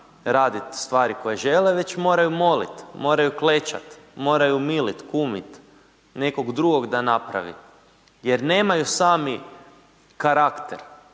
radit stvari koje žele, već moraju molit, moraju klečat, moraju milit, kumit nekog drugog da napravi, jer nemaju sami karakter,